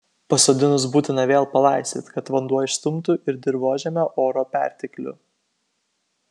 pasodinus būtina vėl palaistyti kad vanduo išstumtų ir dirvožemio oro perteklių